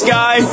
Sky